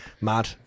Mad